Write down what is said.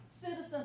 citizens